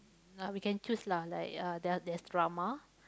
we can choose lah like uh there there's drama